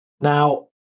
Now